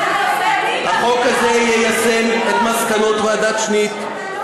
החוק הזה יישם את מסקנות ועדת שניט,